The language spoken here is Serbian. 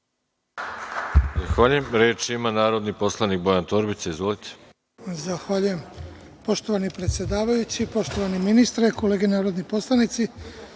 Zahvaljujem. Reč ima narodni poslanik Bojan Torbica. Izvolite. **Bojan Torbica** Zahvaljujem. Poštovani predsedavajući, poštovani ministre, kolege narodni poslanici,